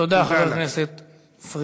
תודה לחבר הכנסת פריג'.